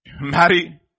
marry